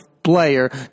player